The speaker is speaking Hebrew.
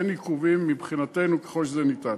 אין עיכובים מבחינתנו, ככל שזה ניתן.